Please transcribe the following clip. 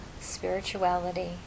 spirituality